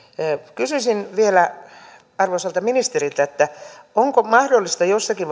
kysyisin vielä arvoisalta ministeriltä onko mahdollista jossakin